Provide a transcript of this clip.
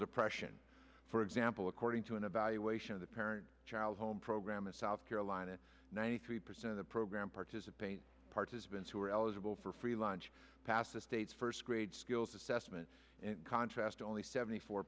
depression for example according to an evaluation of the parent child home program in south carolina ninety three percent of the program participate participants who are eligible for free lunch pass the state's first grade skills assessment and contrast only seventy four